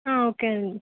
okay అండి